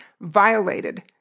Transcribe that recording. violated